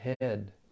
head